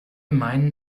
meinen